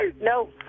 No